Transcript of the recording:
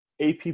AP